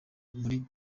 muri